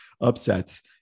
upsets